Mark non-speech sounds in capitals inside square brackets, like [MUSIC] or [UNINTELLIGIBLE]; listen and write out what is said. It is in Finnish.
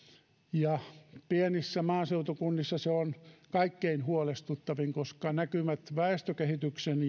ja pienissä maaseutukunnissa se on kaikkein huolestuttavin koska näkymä väestökehityksen [UNINTELLIGIBLE]